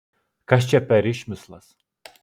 kas čia per išmislas